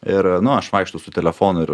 ir nu aš vaikštau su telefonu ir